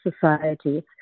society